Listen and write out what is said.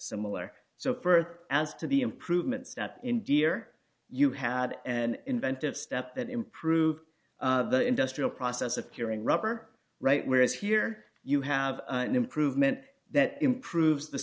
similar so fur as to be improvements not in deer you had an inventive step that improved the industrial process of curing rubber right whereas here you have an improvement that improves the